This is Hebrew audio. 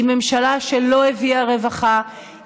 היא ממשלה שלא הביאה רווחה,